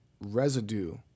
residue